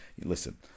listen